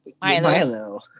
Milo